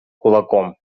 кулаком